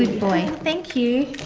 and thank you.